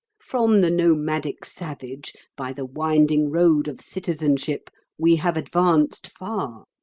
from the nomadic savage by the winding road of citizenship we have advanced far.